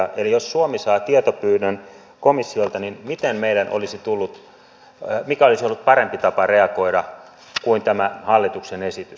eli jos suomi saa tietopyynnön komissiolta niin mikä olisi ollut parempi tapa reagoida kuin tämä hallituksen esitys